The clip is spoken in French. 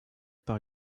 par